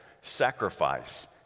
sacrifice